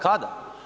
Kada?